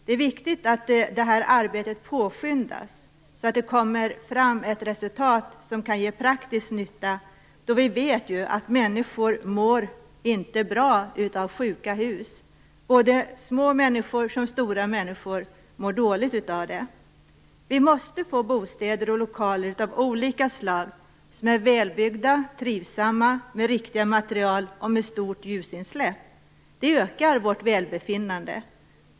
Det är viktigt att det här arbetet påskyndas, så att det kommer fram ett resultat som kan ge praktisk nytta. Vi vet ju att människor inte mår bra av sjuka hus. Såväl små människor som stora människor mår dåligt av det. Vi måste få bostäder och lokaler av olika slag som är välbyggda, trivsamma, med riktiga material och med stort ljusinsläpp. Det ökar vårt välbefinnande.